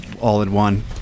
all-in-one